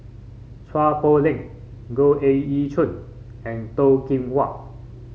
Chua Poh Leng Goh Ee Choo and Toh Kim Hwa